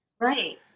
Right